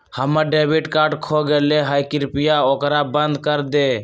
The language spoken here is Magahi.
हम्मर डेबिट कार्ड खो गयले है, कृपया ओकरा बंद कर दे